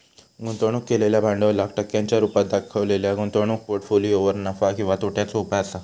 गुंतवणूक केलेल्या भांडवलाक टक्क्यांच्या रुपात देखवलेल्या गुंतवणूक पोर्ट्फोलियोवर नफा किंवा तोट्याचो उपाय असा